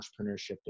entrepreneurship